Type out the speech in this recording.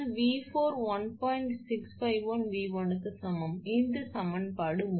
651𝑉1 க்கு சமம் இது சமன்பாடு 3